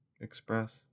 Express